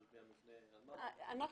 אנחנו